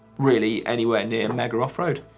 really, anyway near mega off-road.